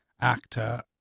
actor